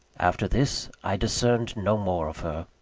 after this i discerned no more of her.